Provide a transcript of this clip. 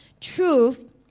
truth